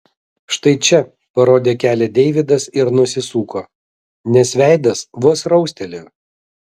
štai čia parodė kelią deividas ir nusisuko nes veidas vos raustelėjo